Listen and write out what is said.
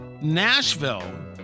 Nashville